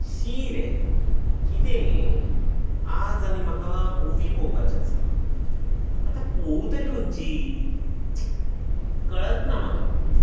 शी रे कितें हें आज आनी म्हाका मुवी पळोवपाची आसा आतां पळोवं तरी खंयची कळत ना म्हाका